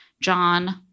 John